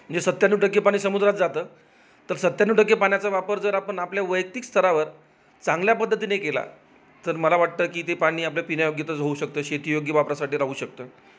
म्हणजे सत्त्याण्णव टक्के पाणी समुद्रात जातं तर सत्त्याण्णव टक्के पाण्याचा वापर जर आपण आपल्या वैयक्तिक स्तरावर चांगल्या पद्धतीने केला तर मला वाटतं की ते पाणी आपल्या पिण्यायोग्य तच होऊ शकत शेती योग्य वापरासाठी राहू शकतं